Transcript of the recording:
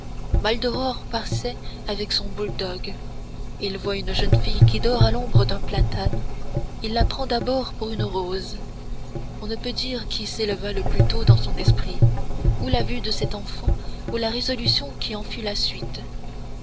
maldoror passait avec son bouledogue il voit une jeune fille qui dort à l'ombre d'un platane il la prend d'abord pour une rose on ne peut dire qui s'éleva le plus tôt dans son esprit ou la vue de cette enfant ou la résolution qui en fut la suite